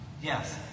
Yes